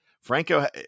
franco